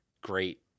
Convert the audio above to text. great